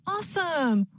Awesome